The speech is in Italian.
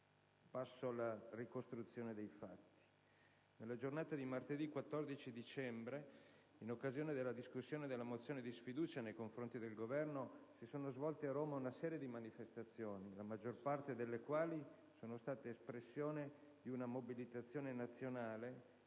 Passo alla ricostruzione dei fatti.